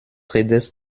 redest